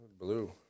blue